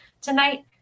Tonight